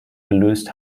gelöst